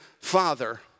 Father